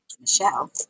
Michelle